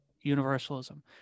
universalism